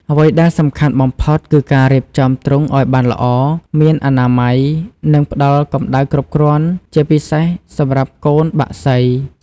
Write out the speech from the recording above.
អ្វីដែលសំខាន់បំផុតគឺការរៀបចំទ្រុងឲ្យបានល្អ មានអនាម័យ និងផ្តល់កម្ដៅគ្រប់គ្រាន់ ជាពិសេសសម្រាប់កូនបក្សី។